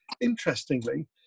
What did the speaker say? Interestingly